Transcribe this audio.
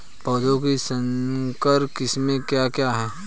पौधों की संकर किस्में क्या क्या हैं?